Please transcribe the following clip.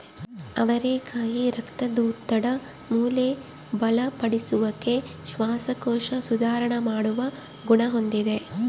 ಅವರೆಕಾಯಿ ರಕ್ತದೊತ್ತಡ, ಮೂಳೆ ಬಲಪಡಿಸುವಿಕೆ, ಶ್ವಾಸಕೋಶ ಸುಧಾರಣ ಮಾಡುವ ಗುಣ ಹೊಂದಿದೆ